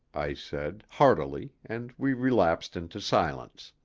i said, heartily, and we relapsed into silence.